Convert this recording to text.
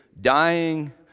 dying